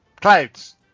Clouds